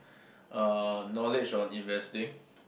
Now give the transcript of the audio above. uh knowledge on investing